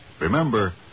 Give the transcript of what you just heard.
remember